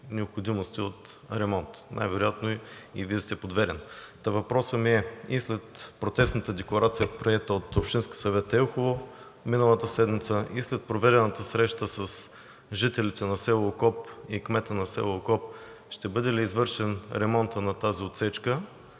необходимости от ремонт, най-вероятно и Вие сте подведен. Въпросът ми е: и след протестната декларация, приета от Общинския съвет – Елхово, миналата седмица, и след проведената среща с жителите на село Окоп и кмета на село Окоп ще бъде ли извършен ремонтът на тази отсечка,